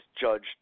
judged